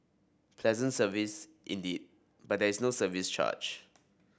pleasant service indeed but there is no service charge